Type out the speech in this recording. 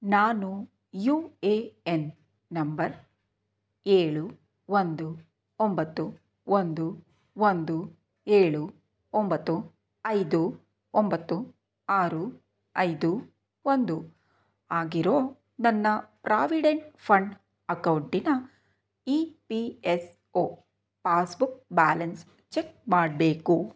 ನಾನು U A N number ಏಳು ಒಂದು ಒಂಬತ್ತು ಒಂದು ಒಂದು ಏಳು ಒಂಬತ್ತು ಐದು ಒಂಬತ್ತು ಆರು ಐದು ಒಂದು ಆಗಿರೋ ನನ್ನ ಪ್ರಾವಿಡೆಂಟ್ ಫಂಡ್ ಅಕೌಂಟಿನ E P S O passbook balance check ಮಾಡಬೇಕು